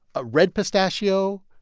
ah red pistachio,